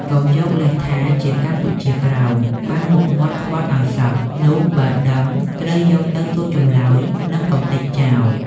កុំយកលេសថាជាកម្ពុជាក្រោម បាំងមុខមាត់ក្បត់ឱ្យសោះ នោះបើដឹងត្រូវយកទៅសួរចម្លើយ និងកំទេចចោល។